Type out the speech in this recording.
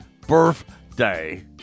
Birthday